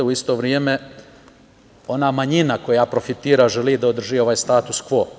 U isto vreme, ona manjina koja profitira želi da održi ovaj status kvo.